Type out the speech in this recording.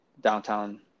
downtown